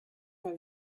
from